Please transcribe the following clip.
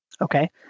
Okay